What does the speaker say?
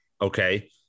Okay